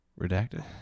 Redacted